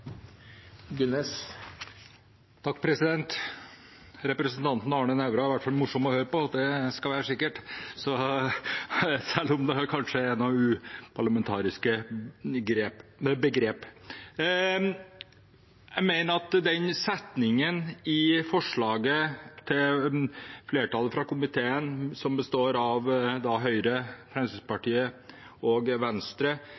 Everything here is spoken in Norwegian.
i hvert fall morsom å høre på, det skal være sikkert, selv om det kanskje er noen uparlamentariske begrep. Jeg mener at den setningen i forslaget til flertallet fra komiteen, som består av Høyre, Fremskrittspartiet og Venstre